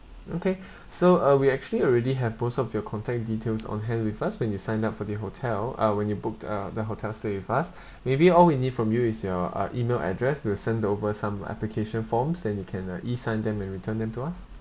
okay so uh we actually already have most of your contact details on hand with us when you sign up for the hotel uh when you booked uh the hotel stay with us maybe all we need from you is your uh email address we'll send over some application forms then you can uh E sign them and return them to us